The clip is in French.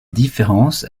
différences